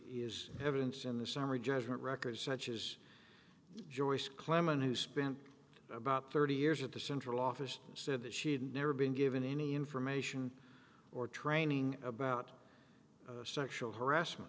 is evidence in the summary judgment records such as joyce clement who spent about thirty years at the central office said that she had never been given any information or training about sexual harassment